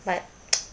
but